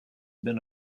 been